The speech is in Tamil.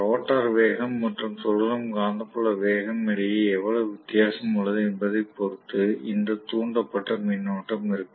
ரோட்டர் வேகம் மற்றும் சுழலும் காந்தப் புல வேகம் இடையே எவ்வளவு வித்தியாசம் உள்ளது என்பதைப் பொறுத்து இந்த தூண்டப்பட்ட மின்னோட்டம் இருக்கும்